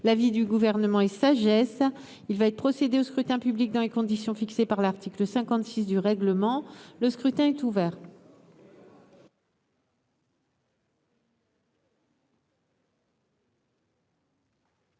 l'avis du Gouvernement est défavorable. Il va être procédé au scrutin dans les conditions fixées par l'article 56 du règlement. Le scrutin est ouvert.